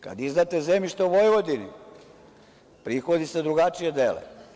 Kad izdate zemljište u Vojvodini prihodi se drugačije dele.